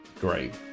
Great